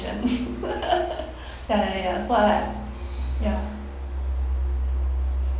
ya ya ya so I like ya